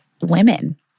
women